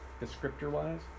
Descriptor-wise